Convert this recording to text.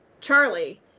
Charlie